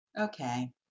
Okay